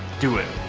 do it.